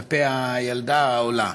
כלפי הילדה העולה?